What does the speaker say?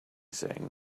saying